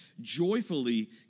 joyfully